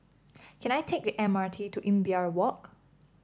can I take the M R T to Imbiah Walk